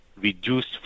reduced